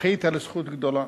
זכית לזכות גדולה.